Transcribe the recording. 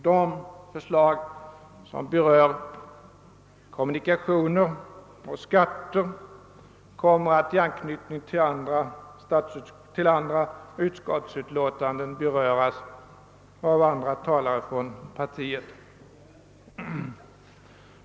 De förslag som berör kommunikationer och skatter kommer att i anknytning till andra utskottsutlåtanden beröras av andra talare från vårt parti.